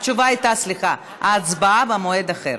התשובה הייתה, סליחה, ההצבעה במועד אחר.